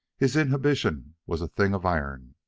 his inhibition was a thing of iron.